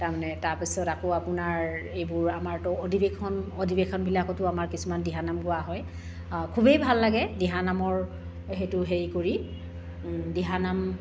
তাৰমানে তাৰপাছত আকৌ আপোনাৰ এইবোৰ আমাৰতো অধিৱেশন অধিৱেশনবিলাকতো আমাৰ কিছুমান দিহানাম গোৱা হয় খুবেই ভাল লাগে দিহানামৰ সেইটো সেই কৰি দিহানাম